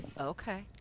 Okay